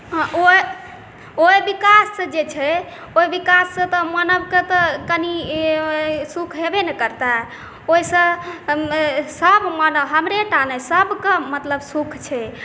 हँ ओहि विकास सॅं जे छै ओहि विकास सॅं तऽ मानवकेँ तऽ कनि सुख हेबे ने करतै ओहिसँ सभ मानव हमरे टा नहि सभके मतलब सुख छै